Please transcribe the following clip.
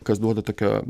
kas duoda tokio